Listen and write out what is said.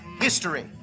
history